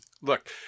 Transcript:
Look